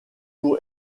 pour